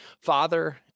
father